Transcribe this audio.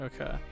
Okay